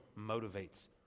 motivates